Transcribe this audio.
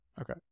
Okay